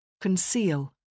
Conceal